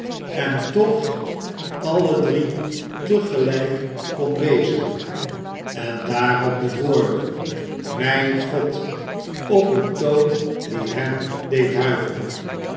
en toch alle drie te gelijk kon wezen en daarop de woorden mijn god op een toon die hem deed huiveren